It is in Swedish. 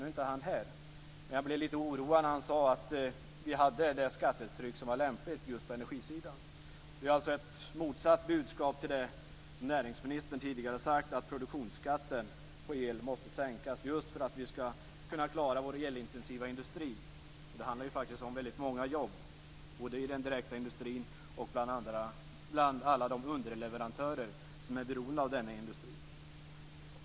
Nu är han inte här, men jag blev litet oroad när han sade att vi hade det skattetryck som var lämpligt just på energisidan. Det är alltså ett motsatt budskap till det som näringsministern tidigare sagt, nämligen att produktionsskatten på el måste sänkas för att vi skall kunna klara vår elintensiva industri. Det handlar ju faktiskt om väldigt många jobb, både i den direkta industrin och bland alla de underleverantörer som är beroende av denna industri.